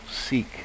seek